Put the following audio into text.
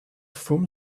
from